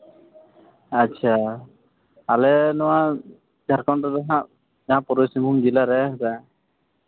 ᱟᱪᱪᱷᱟ ᱟᱞᱮ ᱱᱚᱣᱟ ᱡᱷᱲᱠᱷᱚᱸᱰ ᱨᱮᱫᱚ ᱦᱟᱸᱜ ᱯᱩᱨᱵᱚ ᱥᱤᱝᱵᱷᱩᱢ ᱡᱮᱞᱟ ᱨᱮ